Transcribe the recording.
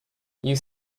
you